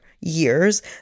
years